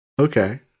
Okay